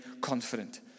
confident